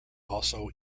also